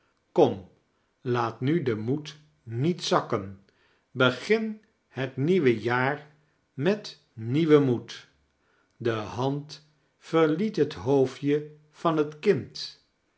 kom laat nu den moed niet zakken begin het nieuwe jaar met nieuwen moed de hand verliet het hoofdje van het kind